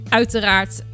uiteraard